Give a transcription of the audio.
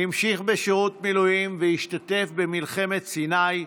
המשיך בשירות מילואים והשתתף במלחמת סיני,